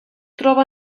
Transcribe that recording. troba